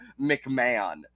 McMahon